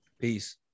Peace